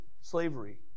slavery